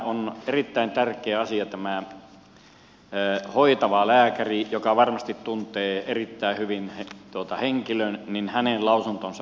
on erittäin tärkeä asia että tämän hoitavan lääkärin joka varmasti tuntee erittäin hyvin henkilön lausunnon perusteella päätös tehdään